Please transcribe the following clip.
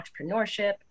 entrepreneurship